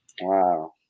Wow